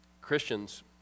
Christians